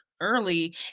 early